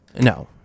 No